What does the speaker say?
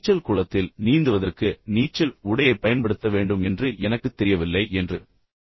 எனவே நீச்சல் குளத்தில் நீந்துவதற்கு நீச்சல் உடையைப் பயன்படுத்த வேண்டும் என்று எனக்குத் தெரியவில்லை என்று நீங்கள் கூறுகிறீர்கள்